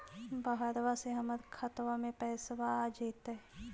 बहरबा से हमर खातबा में पैसाबा आ जैतय?